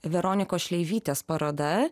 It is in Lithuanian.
veronikos šleivytės paroda